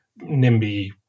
NIMBY